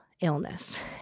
illness